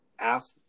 ask